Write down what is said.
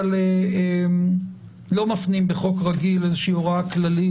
אבל לא מפנים בחוק רגיל הוראה כללית